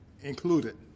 Included